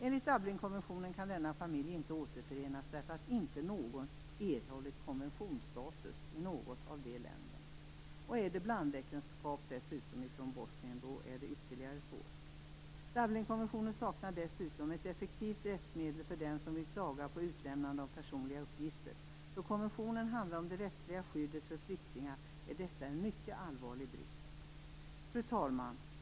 Enligt Dublinkonventionen kan denna familj inte återförenas därför att inte någon erhållit konventionsstatus i något av länderna. Är det dessutom fråga om ett blandäktenskap blir det ännu svårare. Dublinkonventionen saknar dessutom ett effektivt rättsmedel för den som vill klaga på utlämnande av personliga uppgifter. Detta är en mycket allvarlig brist, då konventionen handlar om det rättsliga skyddet för flyktingar. Fru talman!